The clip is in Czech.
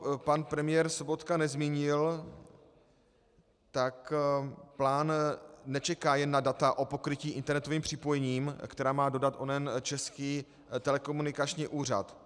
Co pan premiér Sobotka nezmínil, tak plán nečeká jen na data o pokrytí internetovým připojením, která má dodat onen Český telekomunikační úřad.